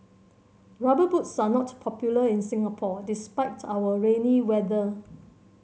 Rubber Boots are not popular in Singapore despite our rainy weather